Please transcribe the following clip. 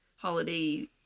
Holiday